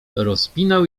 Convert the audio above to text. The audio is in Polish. rozpinał